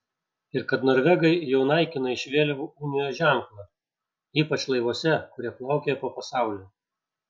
ir kad norvegai jau naikina iš vėliavų unijos ženklą ypač laivuose kurie plaukioja po pasaulį